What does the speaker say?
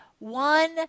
One